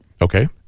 Okay